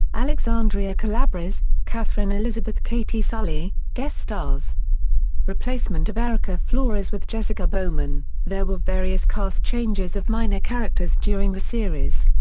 alexandria calabrese katherine elizabeth katie sully guest stars replacement of erika flores with jessica bowman there were various cast changes of minor characters during the series.